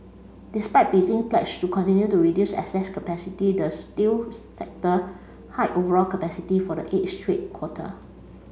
despite Beijing pledge to continue to reduce excess capacity the steel sector hiked overall capacity for the eighth straight quarter